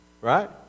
Right